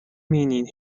meaning